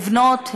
לבנות,